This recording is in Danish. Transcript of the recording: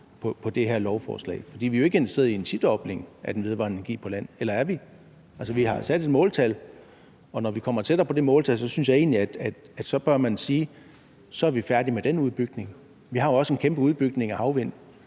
på det her lovforslag. For vi er jo ikke interesseret i en tidobling af den vedvarende energi på land – eller er vi? Altså, vi har sat et måltal, og når vi kommer tættere på det måltal, synes jeg egentlig, at man bør sige: Så er vi færdige med den udbygning. Vi har jo også en kæmpe udbygning af havvindenergi.